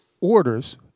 orders